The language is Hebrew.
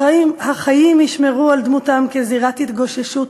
החיים ישמרו על דמותם כזירת התגוששות,